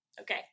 Okay